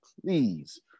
please